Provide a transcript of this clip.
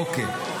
אוקיי.